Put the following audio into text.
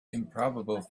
improbable